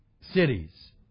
cities